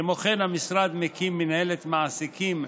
כמו כן, המשרד מקים מינהלת מעסיקים,